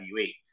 WWE